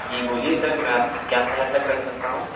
जी बोलिए सर मैं आपकी क्या सहायता कर सकता हूँ